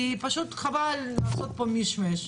פשוט חבל לעשות פה מישמש.